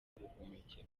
y’ubuhumekero